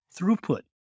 throughput